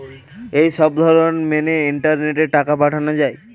এই সবধরণ মেনে ইন্টারনেটে টাকা পাঠানো হয়